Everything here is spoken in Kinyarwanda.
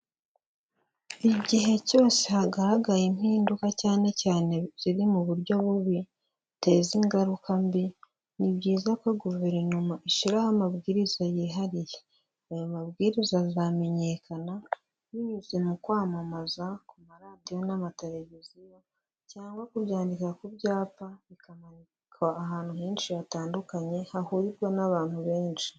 Igihe cyose hagaragaye impinduka cyane cyane ziri mu buryo bubi biteza ingaruka mbi, ni byiza ko guverinoma ishyiraho amabwiriza yihariye. Ayo mabwiriza azamenyekana binyuze mu kwamamaza ku maradiyo n'amateleviziyo cyangwa kubyandika ku byapa, bikamanikwa ahantu henshi hatandukanye hahurirwa n'abantu benshi.